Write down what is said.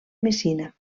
messina